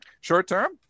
short-term